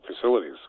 facilities